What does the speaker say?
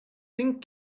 thing